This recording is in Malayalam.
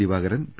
ദിവാകരൻ പി